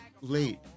late